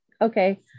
okay